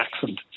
accent